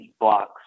blocks